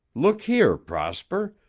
look here, prosper,